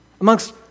amongst